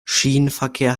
schienenverkehr